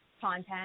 content